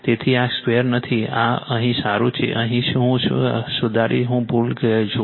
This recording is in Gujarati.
તેથી આ સ્કવેર નથી આ અહીં સારું છે અહીં હું અહીં સુધારીશ હું ભૂલી ગયો છું